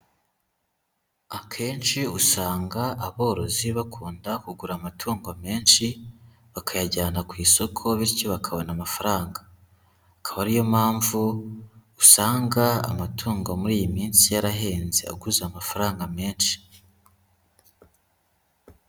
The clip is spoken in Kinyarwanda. Akenshi usanga aborozi bakunda kugura amatungo menshi, bakayajyana ku isoko bityo bakabona amafaranga. Akaba ari yo mpamvu usanga amatungo muri iyi minsi yarahenze, aguze amafaranga menshi.